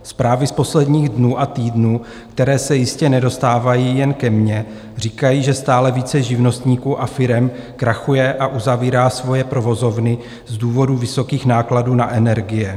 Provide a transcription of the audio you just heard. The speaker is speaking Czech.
Zprávy z posledních dnů a týdnů, které se jistě nedostávají jen ke mně, říkají, že stále více živnostníků a firem krachuje a uzavírá svoje provozovny z důvodu vysokých nákladů na energie.